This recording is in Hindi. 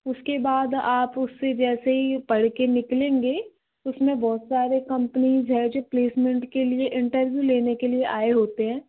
उसके बाद आप उससे जैसे ही पढ़ के निकलेंगे उसमें बहुत सारी कम्पनीज़ हैं जिसमें प्लैस्मन्ट के लिए इंटरव्यू लेने के लिए आए हुए होते हैं